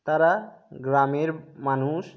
তারা গ্রামের মানুষ